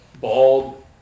bald